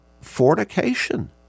fornication